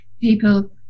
people